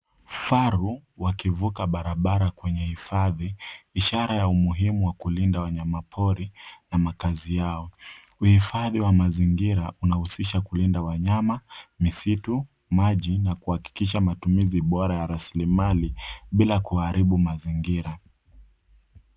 Vifaru wakivuka barabara kwenye hifadhi ishara ya umuhimu wa kulinda wanyama pori na makazi yao. Uhifadhi wa mazingira unahusisha kulinda wanyama, misitu, maji na kuhakikisha matumizi bora ya rasilimali bila kuharibu mazingira.